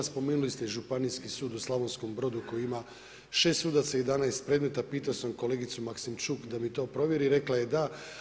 Spomenuli ste i Županijski sud u Slavonskom Brodu koji ima 6 sudaca i 11 predmeta, pitao sam kolegicu Maksimčuk da mi to provjeri i rekla je da.